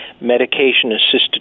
medication-assisted